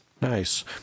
Nice